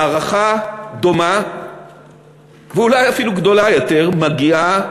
הערכה דומה ואולי אפילו גדולה יותר מגיעה